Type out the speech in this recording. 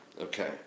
Okay